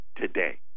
today